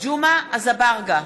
ג'מעה אזברגה,